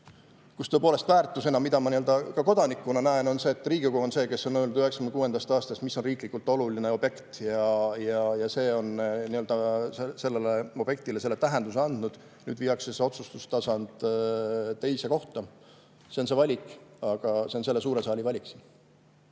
Tõepoolest, väärtus, mida ma ka kodanikuna näen, on see, et Riigikogu on see, kes on öelnud 1996. aastast, mis on riiklikult oluline objekt, ja see on sellele objektile nii-öelda selle tähenduse andnud. Nüüd viiakse see otsustustasand teise kohta. See on see valik, see on selle suure saali valik.